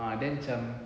ah then macam